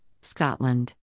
Scotland